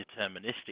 deterministic